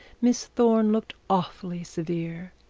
miss thorne looked awfully severe.